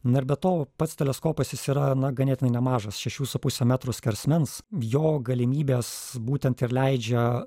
na be to pats teleskopas jis yra na ganėtinai nemažas šešių su puse metrų skersmens jo galimybės būtent ir leidžia